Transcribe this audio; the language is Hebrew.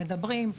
מדברים,